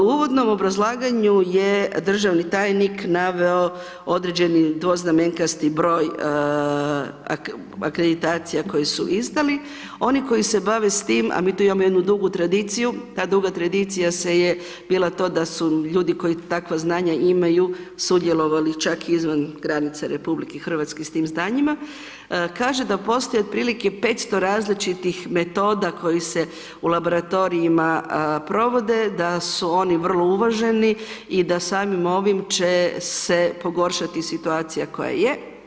U uvodom obrazlaganju je državni tajnik naveo određeni dvoznamenkasti broj akreditacija koje su izdali oni koji se bave s tim, a mi tu imamo jednu dugu tradiciju, ta duga tradicija se je bila to da su ljudi koji takvo znanje imaju sudjelovali čak izvan granica RH s tim znanjima, kaže da postoje otprilike 500 različitih metoda koji se u laboratorijima provode, da su oni vrlo uvaženi i da samim ovim će se pogoršati situacija koja je.